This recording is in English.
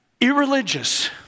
irreligious